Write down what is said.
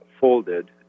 folded